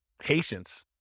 Patience